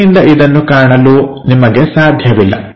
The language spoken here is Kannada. ಮೇಲಿನಿಂದ ಇದನ್ನು ಕಾಣಲು ನಿಮಗೆ ಸಾಧ್ಯವಿಲ್ಲ